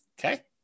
Okay